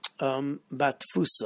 batfusa